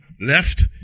left